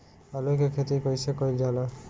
आलू की खेती कइसे कइल जाला?